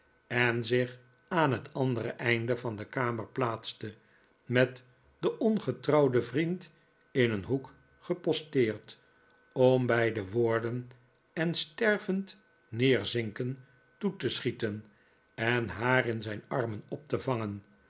en zich aan het andere einde van de kamer plaatste met den ongetrouwden vriend in een hoek geposteerd om bij de woorden en stervend neerzinken toe te schieten en haar in zijn armen op te vangen